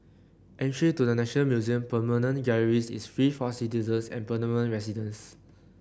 entry to the National Museum permanent galleries is free for citizens and permanent residents